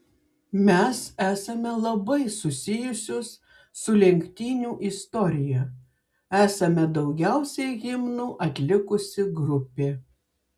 mes esame labai susijusios su lenktynių istorija esame daugiausiai himnų atlikusi grupė